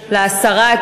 להצבעה להסרת,